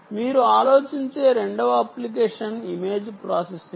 మీరు ఆలోచించే రెండవ అప్లికేషన్ ఇమేజ్ ప్రాసెసింగ్